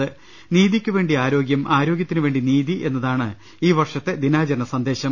നീതിക്കു വേണ്ടി ആരോഗൃം ആരോഗൃത്തിനു വേണ്ടി നീതി എന്നതാണ് ഈ വർഷത്തെ ദിനാചരണ സന്ദേശം